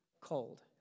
cold